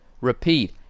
Repeat